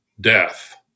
death